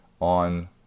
on